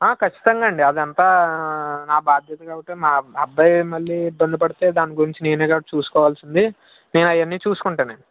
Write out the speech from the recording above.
ఖచ్చితంగా అండి అది అంతా నా భాద్యత కాబట్టి మా అబ్బా అబ్బాయి మళ్ళీ బెంగ పడితే దాని గురించి నేనే కదా చూసుకోవలసింది నేను అవి అన్నీ చూసుకుంటాను అండి